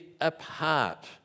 apart